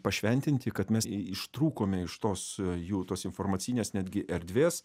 pašventinti kad mes ištrūkome iš tos jų tos informacinės netgi erdvės